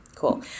Cool